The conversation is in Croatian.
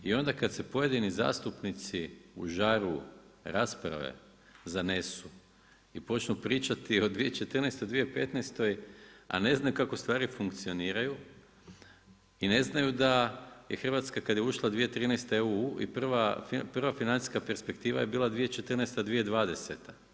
I onda kad se pojedini zastupnici u žaru rasprave zanesu, i počnu pričati o 2014., 2015. a ne znaju kako stvari funkcioniraju, i ne znaju da kad je Hrvatska ušla 2013. u EU i prva financijska perspektiva je bila 2014.-2020.